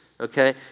okay